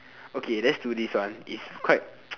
okay let's do this one it's quite